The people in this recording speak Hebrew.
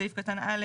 בסעיף קטן (א),